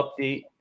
update